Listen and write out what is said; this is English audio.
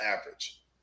average